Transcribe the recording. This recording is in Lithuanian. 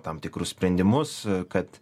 tam tikrus sprendimus kad